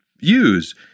use